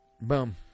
Boom